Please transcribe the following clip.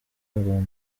ngo